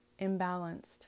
imbalanced